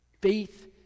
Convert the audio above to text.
Faith